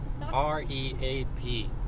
R-E-A-P